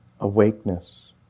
awakeness